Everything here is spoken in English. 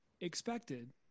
expected